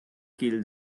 killed